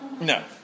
No